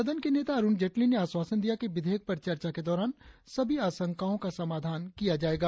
सदन के नेता अरुण जेटली ने आश्वासन दिया कि विधेयक पर चर्चा के दौरान सभी आशंकाओं का समाधान किया जाएगा